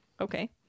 Okay